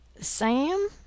Sam